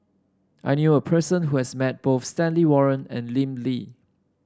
I knew a person who has met both Stanley Warren and Lim Lee